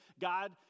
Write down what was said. God